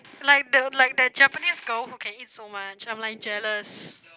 like the like the Japanese girl who can eat so much I'm like jealous